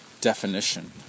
definition